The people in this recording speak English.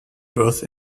both